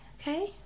okay